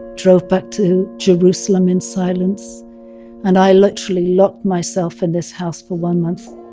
drove back to jerusalem in silence and i literally locked myself in this house for one month